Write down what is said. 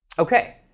ok,